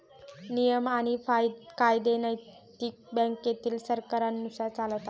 नियम आणि कायदे नैतिक बँकेतील सरकारांनुसार चालतात